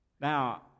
Now